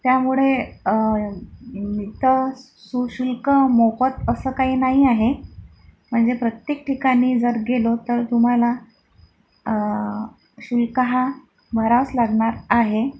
त्यामुळे त सुशुल्क मोफत असं काही नाही आहे म्हणजे प्रत्येक ठिकाणी जर गेलो तर तुम्हाला शुल्क हा भरावाच लागणार आहे